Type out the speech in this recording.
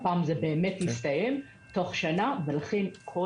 הפעם זה באמת יסתיים תוך שנה ולכן כל